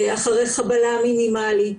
אחרי חבלה מינימלית.